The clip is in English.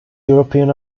european